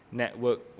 network